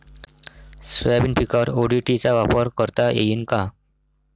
Soybean पिकावर ODT चा वापर करता येईन का?